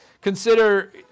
Consider